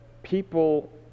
people